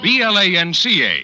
B-L-A-N-C-A